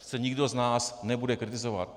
To nikdo z nás nebude kritizovat.